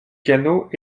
canot